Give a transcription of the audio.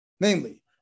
namely